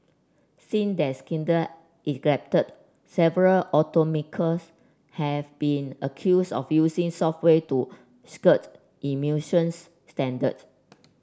since that scandal erupted several automakers have been accused of using software to skirt emissions standards